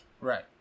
Right